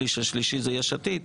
השליש השלישי זה יש עתיד,